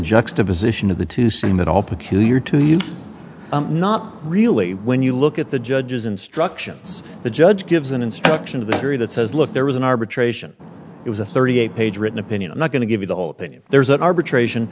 juxtaposition of the two seem at all peculiar to you not really when you look at the judge's instructions the judge gives an instruction to the jury that says look there was an arbitration it was a thirty eight page written opinion not going to give you the whole opinion there's an arbitration